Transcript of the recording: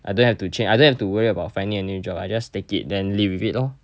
I don't have to chang~ I don't have to worry about finding a new job I just take it then live with it lor